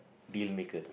deal maker